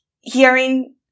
hearing